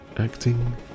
acting